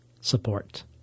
support